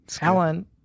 alan